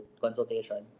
consultation